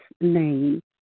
name